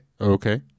Okay